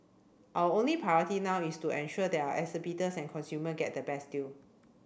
our only priority now is to ensure that our exhibitors and consumer get the best deal